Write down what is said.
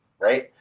right